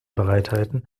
bereithalten